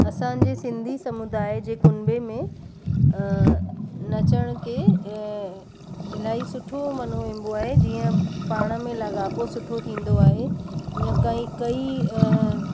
असांजे सिंधी समुदाय जे कुनबे में नचण खे इलाही सुठो मञियो वेंदो आहे जीअं पाण में लॻा पियो सुठो थींदो आहे ईंअ कई कई